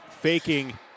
faking